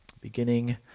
beginning